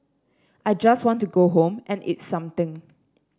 I just want to go home and eat something